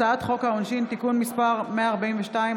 הצעת חוק העונשין (תיקון מס' 142),